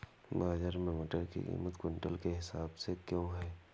बाजार में मटर की कीमत क्विंटल के हिसाब से क्यो है?